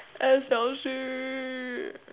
S_L_C